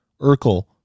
Urkel